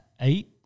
eight